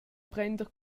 prender